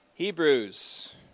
Hebrews